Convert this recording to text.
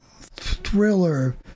thriller